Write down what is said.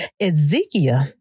Ezekiel